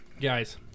guys